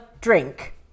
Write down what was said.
drink